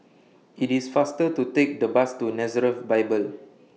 IT IS faster to Take The Bus to Nazareth Bible